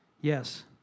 Yes